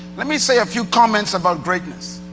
let me say a few comments about greatness.